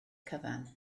cyfan